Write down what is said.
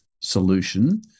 solution